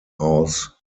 aus